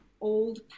old